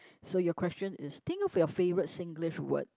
so your question is think of your favourite Singlish word